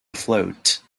afloat